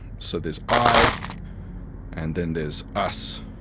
so there's i and then there's us,